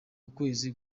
ukwezi